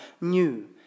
new